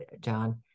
John